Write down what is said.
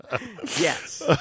Yes